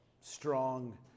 Strong